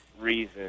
reason